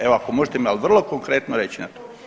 Evo ako možete mi ali vrlo konkretno reći na to.